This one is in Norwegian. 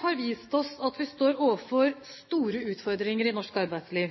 har vist oss at vi står overfor store utfordringer i norsk arbeidsliv.